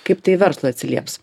kaip tai verslui atsilieps